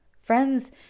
Friends